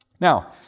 Now